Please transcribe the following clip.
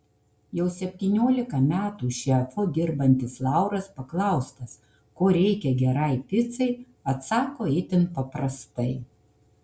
jau septyniolika metų šefu dirbantis lauras paklaustas ko reikia gerai picai atsako itin paprastai